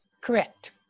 Correct